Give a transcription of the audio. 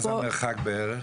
מה זה מרחק בערך?